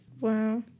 Wow